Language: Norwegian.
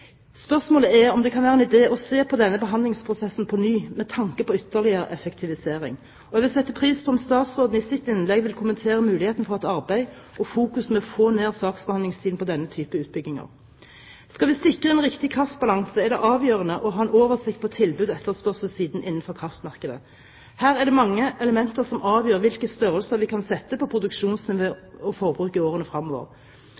spørsmålet er om det kan være en idé å se på denne behandlingsprosessen på ny med tanke på ytterligere effektivisering. Jeg ville sette pris på om statsråden i sitt innlegg ville kommentere mulighetene for et arbeid og fokusere på å få ned saksbehandlingstiden på denne type utbygginger. Skal vi sikre en riktig kraftbalanse, er det avgjørende å ha en oversikt på tilbuds- og etterspørselssiden innenfor kraftmarkedet. Her er det mange elementer som avgjør hvilke størrelser vi kan sette på